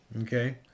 Okay